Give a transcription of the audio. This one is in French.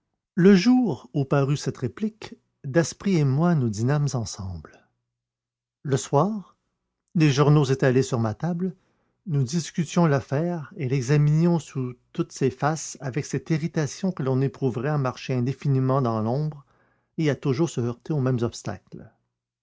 le jour où parut cette réplique daspry et moi nous dînâmes ensemble le soir les journaux étalés sur ma table nous discutions l'affaire et l'examinions sous toutes ses faces avec cette irritation que l'on éprouverait à marcher indéfiniment dans l'ombre et à toujours se heurter aux mêmes obstacles